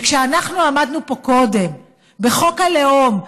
כשעמדנו פה קודם בחוק הלאום,